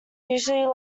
usually